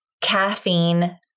caffeine